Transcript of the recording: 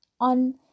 on